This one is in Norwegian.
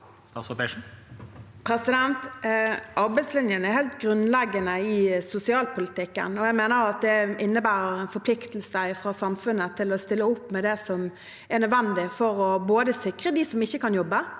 Arbeidslin- jen er helt grunnleggende i sosialpolitikken, og jeg mener at det innebærer en forpliktelse fra samfunnet til å stille opp med det som er nødvendig for å sikre dem som ikke kan jobbe,